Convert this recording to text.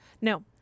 no